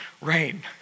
rain